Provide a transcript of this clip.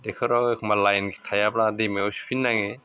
दैखराव एखनबा लाइन थायाब्ला दैमायाव सुफिननाङो